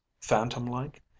phantom-like